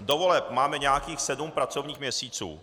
Do voleb máme nějakých sedm pracovních měsíců.